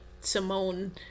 Simone